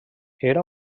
era